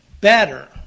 better